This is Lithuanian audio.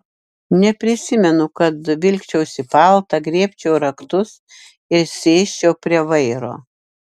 neprisimenu kad vilkčiausi paltą griebčiau raktus ir sėsčiau prie vairo